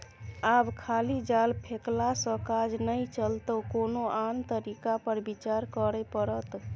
आब खाली जाल फेकलासँ काज नहि चलतौ कोनो आन तरीका पर विचार करय पड़त